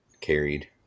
carried